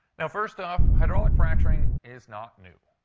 now, first off, hydraulic fracturing is not new.